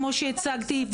כמו שהצגתי,